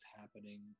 happening